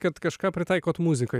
kad kažką pritaikot muzikai